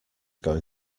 going